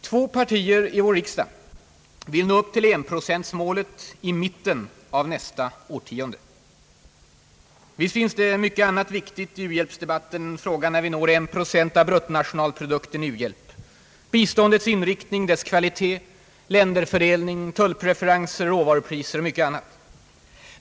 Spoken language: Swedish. Två partier i vår riksdag vill nå upp till enprocentmålet först i mitten av nästa årtionde. Visst finns det mycket annat viktigt i u-hjälpsdebatten än frågan om när vi når en procent av bruttonationalprodukten i u-hjälp: biståndets inriktning, dess kvalitet, länderfördelning, tullpreferenser, råvarupriser och mycket annat.